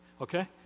okay